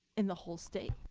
in the whole state.